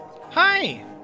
Hi